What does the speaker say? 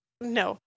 No